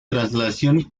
transmisión